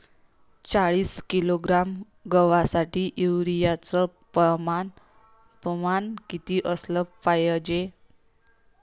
चाळीस किलोग्रॅम गवासाठी यूरिया च प्रमान किती असलं पायजे?